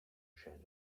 shed